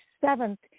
seventh